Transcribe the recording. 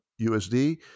USD